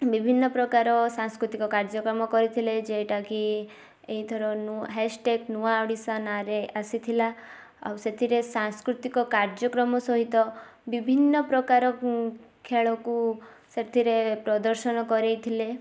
ବିଭିନ୍ନ ପ୍ରକାର ସାଂସ୍କୃତିକ କାର୍ଯ୍ୟକ୍ରମ କରିଥିଲେ ଯେଉଁଟାକି ଏଇଥର ହ୍ୟାସ୍ଟ୍ୟାଗ୍ ନୂଆ ଓଡ଼ିଶା ନାଁରେ ଆସିଥିଲା ଆଉ ସେଥିରେ ସାଂସ୍କୃତିକ କାର୍ଯ୍ୟକ୍ରମ ସହିତ ବିଭିନ୍ନ ପ୍ରକାର ଖେଳକୁ ସେଥିରେ ପ୍ରଦର୍ଶନ କରାଇ ଥିଲେ